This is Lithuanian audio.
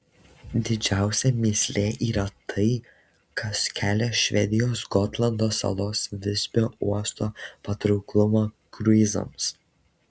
didžiausia mįslė yra tai kas kelia švedijos gotlando salos visbio uosto patrauklumą kruizams